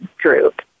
group